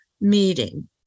meeting